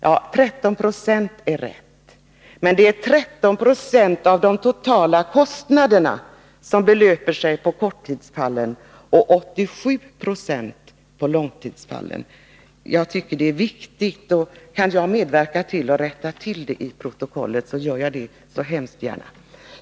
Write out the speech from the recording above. Ja, procenttalet 13 är rätt, men det är 13 20 av de totala kostnaderna som hänför sig till korttidsfallen och 87 96 till långtidsfallen. Jag medverkar gärna till att rätta till detta i protokollet.